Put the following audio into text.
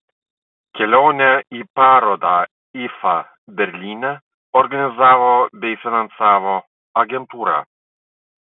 kelionę į parodą ifa berlyne organizavo bei finansavo agentūra